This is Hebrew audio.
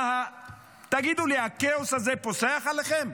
תגידו לי, הכאוס הזה פוסח עליכם?